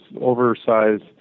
oversized